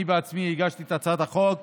אני בעצמי הגשתי את הצעת החוק,